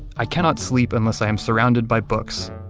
i cannot sleep unless i am surrounded by books,